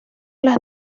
las